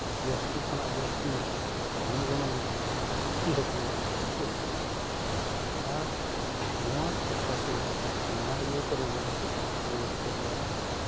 ᱡᱟᱹᱥᱛᱤ ᱠᱷᱚᱱᱟᱜ ᱡᱟᱹᱥᱛᱤ ᱠᱚᱢ ᱜᱚᱱᱚᱝ ᱫᱚ ᱯᱩᱴᱷᱤ ᱦᱟᱹᱠᱩᱣᱟᱜ ᱜᱚᱱᱚᱝ ᱢᱮᱱᱟᱜᱼᱟ ᱟᱨ ᱱᱚᱣᱟ ᱴᱚᱴᱷᱟ ᱥᱮ ᱱᱚᱣᱟ ᱤᱭᱟᱹ ᱠᱚᱨᱮ ᱫᱚ ᱵᱟᱹᱫᱽ ᱠᱚᱨᱮ